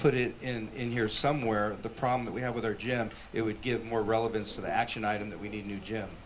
put it in here somewhere the problem that we have with our gender it would give more relevance to the action item that we need new